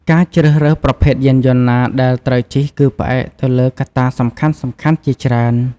ការជ្រើសរើសប្រភេទយានយន្តណាដែលត្រូវជិះគឺផ្អែកទៅលើកត្តាសំខាន់ៗជាច្រើន។